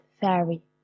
fairy